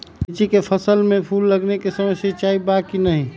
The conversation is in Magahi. लीची के फसल में फूल लगे के समय सिंचाई बा कि नही?